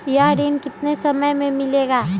यह ऋण कितने समय मे मिलेगा?